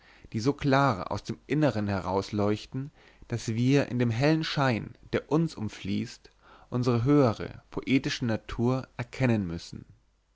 die so klar aus dem innern herausleuchten daß wir in dem hellen schein der uns umfließt unsere höhere poetische natur erkennen müssen